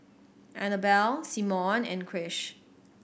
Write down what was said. Annabell Simone and Krish